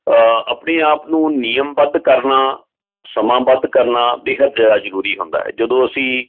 ਆਪਣੇ ਆਪ ਨੂੰ ਨਿਯਮਬੱਧ ਕਰਨਾ ਸਮਾਬੱਧ ਕਰਨਾ ਬੇਹੱਦ ਜ਼ਰੂਰੀ ਹੁੰਦਾ ਜਦੋਂ ਅਸੀਂ